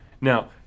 Now